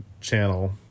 channel